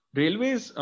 railways